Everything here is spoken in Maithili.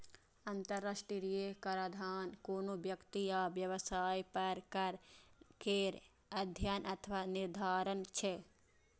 अंतरराष्ट्रीय कराधान कोनो व्यक्ति या व्यवसाय पर कर केर अध्ययन अथवा निर्धारण छियै